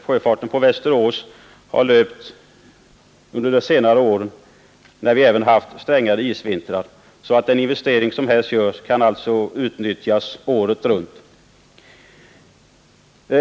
Sjöfarten på Västerås har löpt även under strängare isvintrar under de senare åren. Den investering som här göres kan alltså utnyttjas året runt.